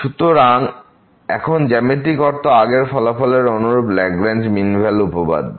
সুতরাং এখন জ্যামিতিক অর্থ আগের ফলাফলের অনুরূপ ল্যাগরাঞ্জ মিন ভ্যালু উপপাদ্য